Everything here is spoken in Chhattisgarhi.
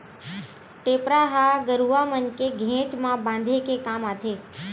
टेपरा ह गरुवा मन के घेंच म बांधे के काम आथे